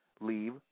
Leave